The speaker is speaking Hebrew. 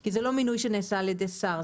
כי זה לא מינוי שנעשה על ידי שר.